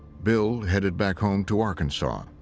bill headed back home to arkansas.